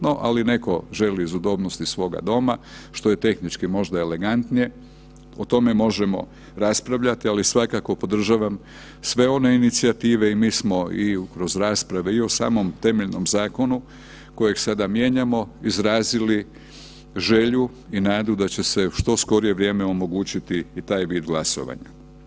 No, ali netko želi iz udobnosti svoga doma, što je tehnički možda elegantnije, o tome možemo raspravljati, ali svakako podržavam sve one inicijative i mi smo i kroz rasprave i u samom temeljnom zakonu kojeg sada mijenjamo, izrazili želju i nadu da će se u što skorije vrijeme omogućiti i taj vid glasovanja.